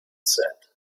said